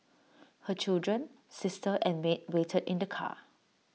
her children sister and maid waited in the car